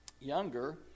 younger